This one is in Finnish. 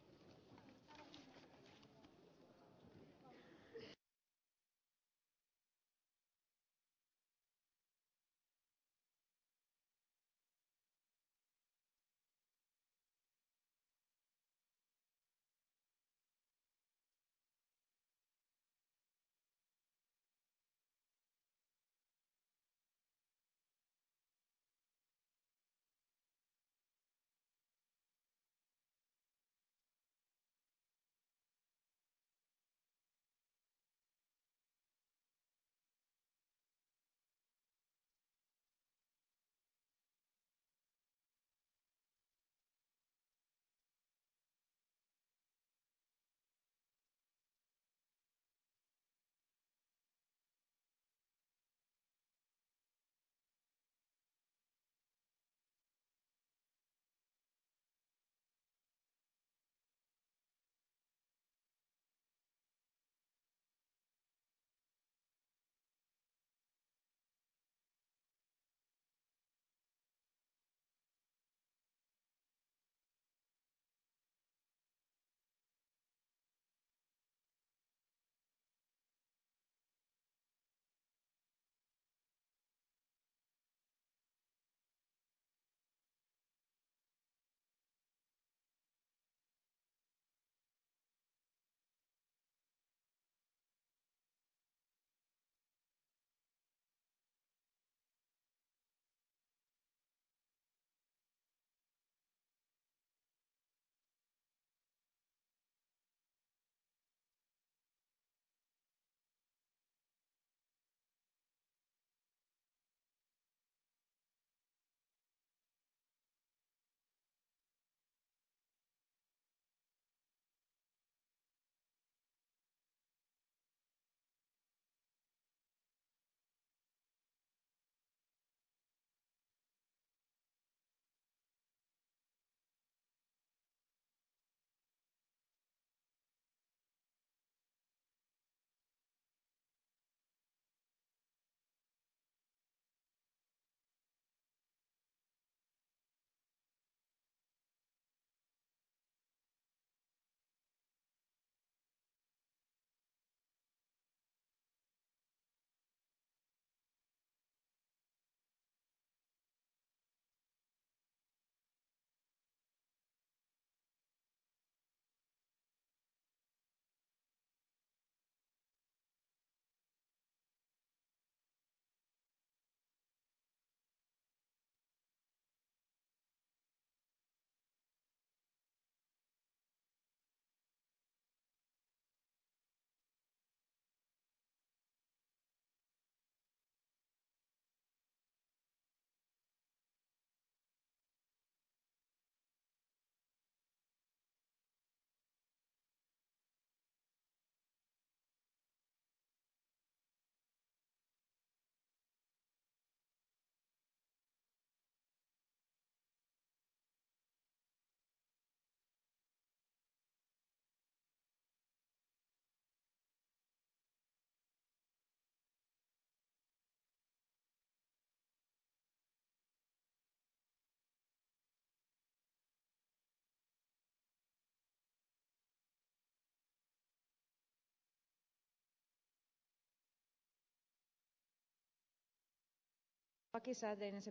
tämän seurannan ja selvityksen perusteella voitiin päätellä että vakuutussopimuslaki on toiminut varsin hyvin